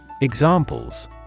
Examples